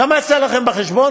כמה יצא לכם בחשבון?